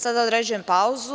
Sada određujem pauzu.